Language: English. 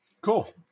cool